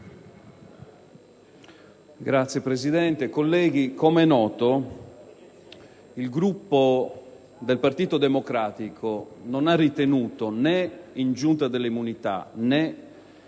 com'è noto, il Gruppo del Partito Democratico non ha ritenuto - né in Giunta delle immunità,